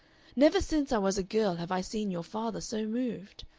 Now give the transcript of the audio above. never since i was a girl have i seen your father so moved.